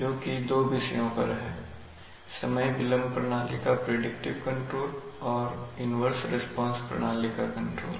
जोकि दो विषयों पर है समय विलंब प्रणाली का प्रिडिक्टिव कंट्रोल और इन्वर्स रिस्पांस प्रणाली का कंट्रोल